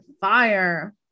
fire